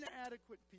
inadequate